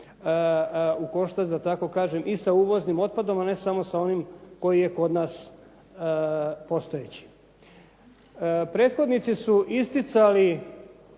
u koštac da tako kažem i sa uvoznim otpadom a ne samo sa onim koji je kod nas postojeći. Prethodnici su isticali